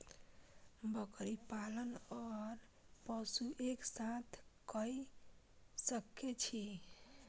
बकरी पालन ओर पशु एक साथ कई सके छी?